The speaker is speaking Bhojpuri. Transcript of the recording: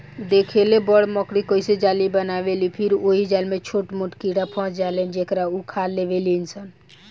देखेल बड़ मकड़ी कइसे जाली बनावेलि फिर ओहि जाल में छोट मोट कीड़ा फस जालन जेकरा उ खा लेवेलिसन